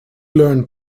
learned